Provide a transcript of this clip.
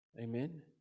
Amen